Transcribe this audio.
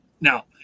Now